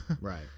right